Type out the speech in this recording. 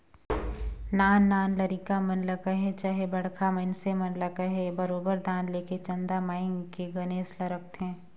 नान नान लरिका मन ल कहे चहे बड़खा मइनसे मन ल कहे बरोबेर दान लेके चंदा मांएग के गनेस ल रखथें